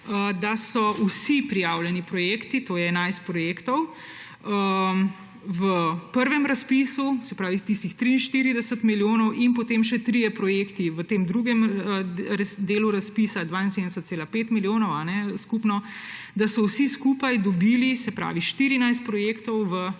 da so vsi prijavljeni projekti, to je 11 projektov, v prvem razpisu, se pravi tistih 43 milijonov, in potem še trije projekti v drugem delu razpisa, 72,5 milijona skupno, vsi skupaj, se pravi 14 projektov v